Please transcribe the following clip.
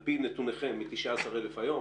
על פי נתוניכם היא 19,000 ש"ח היום.